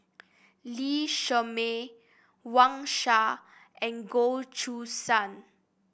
Lee Shermay Wang Sha and Goh Choo San